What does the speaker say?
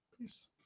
Peace